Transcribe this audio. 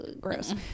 gross